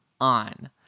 on